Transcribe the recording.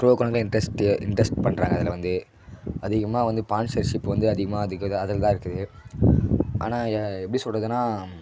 grow கணக்கில் interest interest பண்ணுறாங்க அதில் வந்து அதிகமாக வந்து ஸ்பான்ஸர்ஸ்ஷிப் வந்து அதிகமாக அதுக்கு அதில் தான் இருக்குது ஆனால் எப்படி சொல்கிறதுன்னா